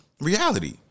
reality